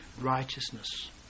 righteousness